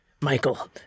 Michael